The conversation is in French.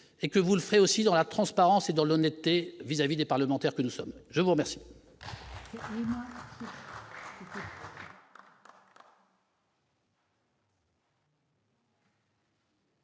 et que vous le serez aussi dans la transparence et dans l'honnêteté vis-à-vis des parlementaires que nous sommes, je vous remercie.